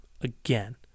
again